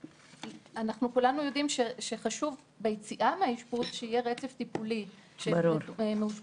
כולנו יודעים שחשוב שביציאה מהאשפוז יהיה רצף טיפולי - שלמאושפז